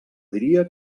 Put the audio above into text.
diria